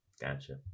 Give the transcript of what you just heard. Gotcha